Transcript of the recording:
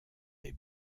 des